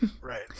right